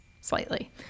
slightly